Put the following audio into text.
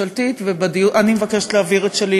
אני מוכן לשלם את המחיר הזה,